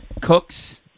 cooks